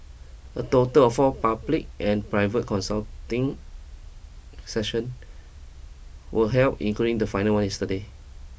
a total of four public and private consulting sessions were held including the final one yesterday